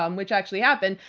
um which actually happened,